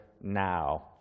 now